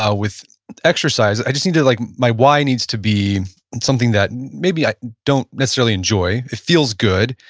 ah with exercise, i just need to, like my why needs to be something that maybe i don't necessarily enjoy, it feels good,